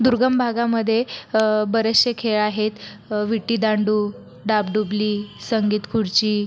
दुर्गम भागामध्ये बरेचसे खेळ आहेत विट्टीदांडू डाबडुबली संगीत खुर्ची